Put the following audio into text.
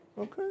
Okay